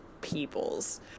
peoples